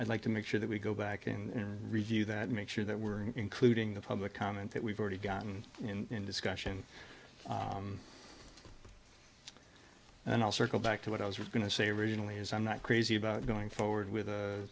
i'd like to make sure that we go back and review that make sure that we're including the public comment that we've already gotten in discussion and i'll circle back to what i was going to say originally is i'm not crazy about going forward with